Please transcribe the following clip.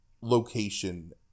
Location